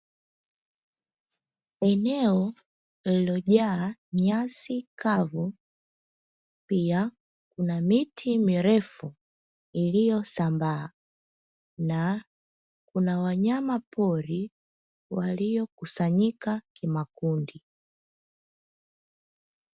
Eneo lililojaa nyasi kavu pia kuna miti mirefu iliyosambaa na kuna wanyama pori waliyokusanyika kimakundi.